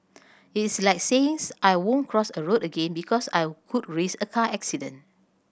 it is like saying I won't cross a road again because I could risk a car accident